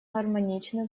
гармонично